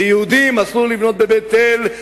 ליהודים אסור לבנות בבית-אל,